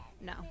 No